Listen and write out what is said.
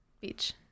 Beach